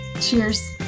Cheers